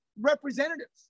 representatives